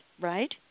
right